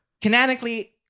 canonically